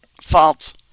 False